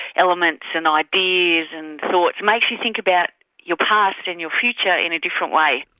elements and ideas and thoughts, makes you think about your past and your future in a different way.